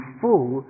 full